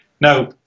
Now